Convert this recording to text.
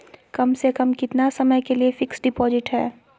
कम से कम कितना समय के लिए फिक्स डिपोजिट है?